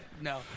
No